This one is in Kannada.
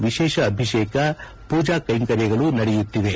ವಿಶೇಷ ಅಭಿಷೇಕ ಪೂಜಾ ಕೈಂಕರ್ಯಗಳು ನಡೆಯುತ್ತಿವೆ